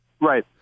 Right